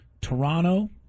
Toronto